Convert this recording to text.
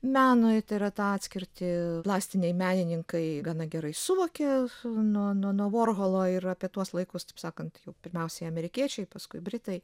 menui tai yra tą atskirtį plastiniai menininkai gana gerai suvokia nuo nuo vorholo ir apie tuos laikus taip sakant jau pirmiausiai amerikiečiai paskui britai